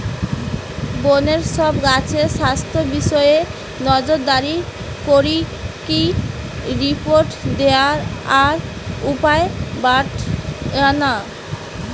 বনের সব গাছের স্বাস্থ্য বিষয়ে নজরদারি করিকি রিপোর্ট দিয়া আর উপায় বাৎলানা